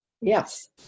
Yes